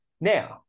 Now